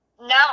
No